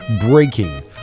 breaking